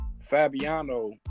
Fabiano